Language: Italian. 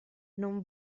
non